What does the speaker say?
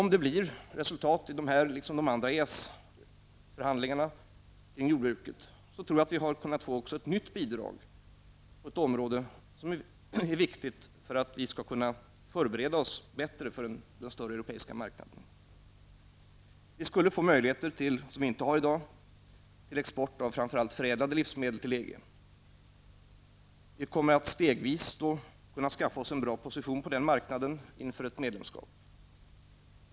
Om det blir ett resultat av dessa förhandlingar liksom av andra EES-förhandlingar om jordbruket, tror jag att vi kan få ett nytt bidrag på ett område, som är viktigt för att vi skall kunna förbereda oss bättre för den större europeiska marknaden. Vi skulle få möjligheter som vi inte har i dag till export till EG av framför allt förädlade livsmedel. Vi kommer stegvis att kunna skaffa oss en bra position på den marknaden inför ett medlemskap.